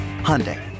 Hyundai